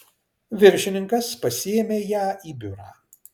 viršininkas pasiėmė ją į biurą